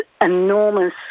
enormous